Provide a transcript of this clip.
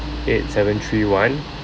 eight seven three one